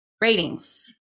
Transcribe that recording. ratings